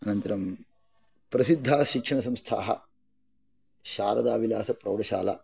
अनन्तरं प्रसिद्धाः शिक्षणसंस्थाः शारदाविलासप्रौढशाला